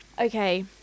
okay